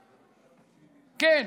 כן,